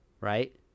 right